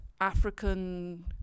African